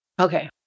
Okay